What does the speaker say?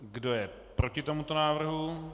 Kdo je proti tomuto návrhu?